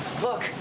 Look